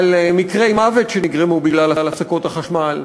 על מקרי מוות שנגרמו בגלל הפסקות החשמל,